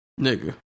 nigga